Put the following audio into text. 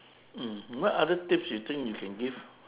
mm what other tips you think you can give